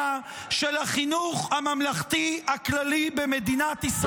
של החינוך הממלכתי הכללי במדינת ישראל,